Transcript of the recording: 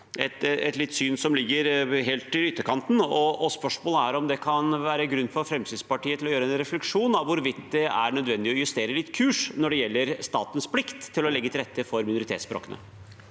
har et syn som ligger helt i ytterkanten, og spørsmålet er om det kan være grunn for Fremskrittspartiet til å reflektere rundt hvorvidt det er nødvendig å justere kursen litt når det gjelder statens plikt til å legge til rette for minoritetsspråkene.